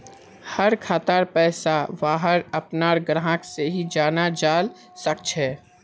हर खातार पैसाक वहार अपनार ग्राहक से ही जाना जाल सकछे